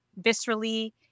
viscerally